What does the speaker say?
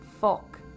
Fuck